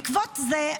בעקבות זה,